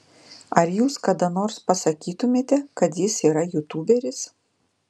ar jūs kada nors pasakytumėte kad jis yra jūtūberis